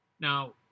Now